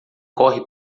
corre